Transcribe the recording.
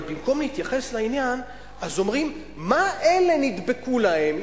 אבל במקום להתייחס לעניין אומרים: מה אלה נדבקו להם?